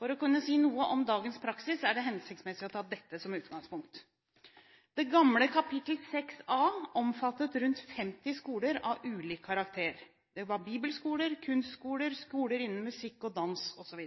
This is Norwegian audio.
For å kunne si noe om dagens praksis er det hensiktsmessig å ta dette som utgangspunkt. Det gamle kapittel 6A omfattet rundt 50 skoler av ulik karakter. Det var bibelskoler, kunstskoler, skoler innen musikk og dans, osv.